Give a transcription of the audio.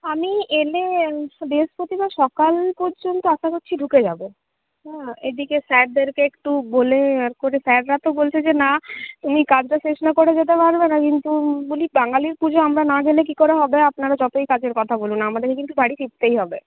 আমি এলে বৃহস্পতিবার সকাল পর্যন্ত আশা করছি ঢুকে যাব হ্যাঁ এদিকে স্যারদেরকে একটু বলে আর করে স্যাররা তো বলছে যে না তুমি কাজটা শেষ না করে যেতে পারবে না কিন্তু বলি বাঙালির পুজো আমরা না গেলে কী করে হবে আপনারা যতই কাজের কথা বলুন আমাদের কিন্তু বাড়ি ফিরতেই হবে